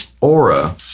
aura